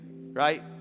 right